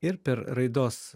ir per raidos